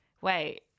Wait